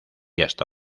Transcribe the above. hasta